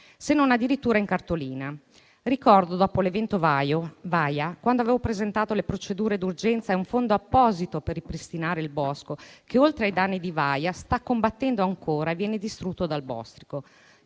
se non addirittura in cartolina. Ricordo, dopo l'evento Vaia, quando avevo presentato la proposta sulle procedure d'urgenza e su un fondo apposito per ripristinare il bosco che, oltre ai danni della tempesta Vaia, sta combattendo ancora e viene distrutto dal bostrico,